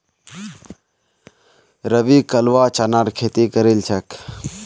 रवि कलवा चनार खेती करील छेक